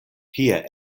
kie